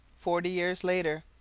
forty years later